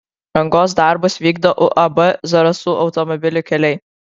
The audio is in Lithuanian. rangos darbus vykdo uab zarasų automobilių keliai